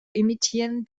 imitieren